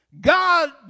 God